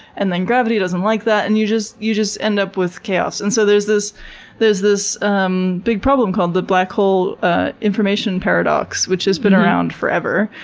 and gravity doesn't like that, and you just you just end up with chaos. and so there's this there's this um big problem called the black hole ah information paradox which has been around forever,